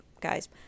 guys